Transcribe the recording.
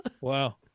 Wow